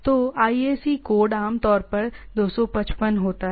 तो IAC code आमतौर पर 255 होता है